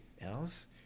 else